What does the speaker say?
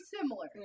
similar